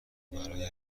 برای